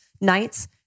nights